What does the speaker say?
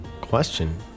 question